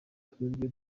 twebwe